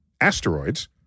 asteroids